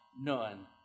none